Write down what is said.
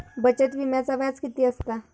बचत विम्याचा व्याज किती असता?